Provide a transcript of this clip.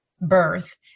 birth